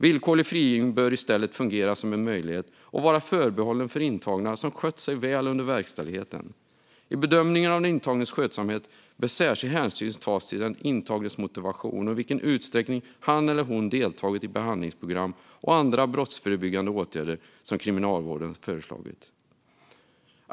Villkorlig frigivning bör i stället fungera som en möjlighet och vara förbehållen intagna som skött sig väl under verkställigheten. I bedömningen av den intagnes skötsamhet bör särskild hänsyn tas till den intagnes motivation och i vilken utsträckning han eller hon har deltagit i behandlingsprogram och andra brottsförebyggande åtgärder som Kriminalvården föreslagit.